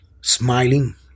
smiling